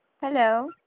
Hello